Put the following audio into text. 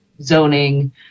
zoning